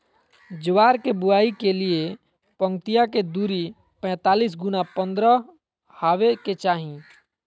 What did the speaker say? ज्वार के बुआई के लिए पंक्तिया के दूरी पैतालीस गुना पन्द्रह हॉवे के चाही